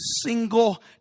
single